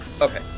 Okay